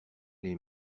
les